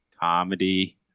comedy